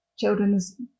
children's